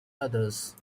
others